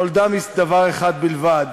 היא נולדה מדבר אחד בלבד,